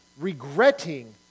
regretting